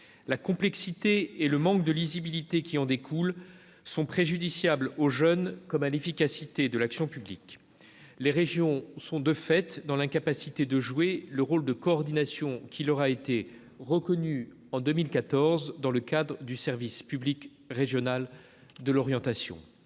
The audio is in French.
La complexité et le manque de lisibilité qui en découlent sont préjudiciables aux jeunes comme à l'efficacité de l'action publique. Les régions sont, de fait, dans l'incapacité de jouer le rôle de coordination qui leur a été reconnu en 2014 dans le cadre du service public régional de l'orientation.